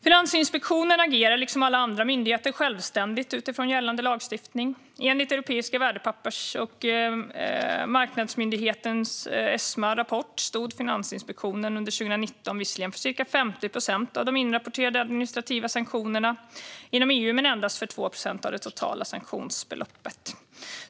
Finansinspektionen agerar, liksom alla andra myndigheter, självständigt utifrån gällande lagstiftning. Enligt Europeiska värdepappers och marknadsmyndighetens - Esma - rapport stod Finansinspektionen under 2019 visserligen för cirka 50 procent av de inrapporterade administrativa sanktionerna inom EU men endast för 2 procent av det totala sanktionsbeloppet.